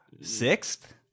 sixth